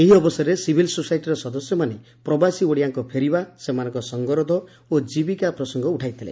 ଏହି ଅବସରେ ସିଭିଲ ସୋସାଇଟିର ସଦସ୍ୟମାନେ ପ୍ରବାସୀ ଓଡ଼ିଆଙ୍କ ଫେରିବା ସେମାନଙ୍କ ସଙ୍ଗରୋଧ ଓ ଜୀବିକା ପ୍ରସଙ୍ଗ ଉଠାଇଥିଲେ